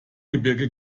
gebirge